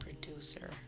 producer